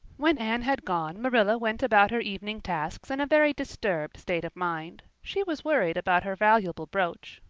when anne had gone marilla went about her evening tasks in a very disturbed state of mind. she was worried about her valuable brooch.